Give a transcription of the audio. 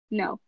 no